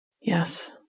Yes